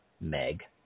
Meg